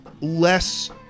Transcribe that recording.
less